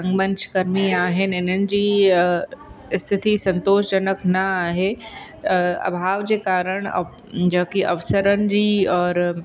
रंगमंच कर्मी आहिनि इन्हनि जी स्थिति संतोषजनक न आहे त अभाव जे कारण अ जो कि अवसरनि जी और